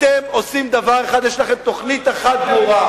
אתם עושים דבר אחד, יש לכם תוכנית אחת ברורה.